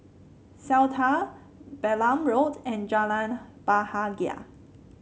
Seletar Balam Road and Jalan Bahagia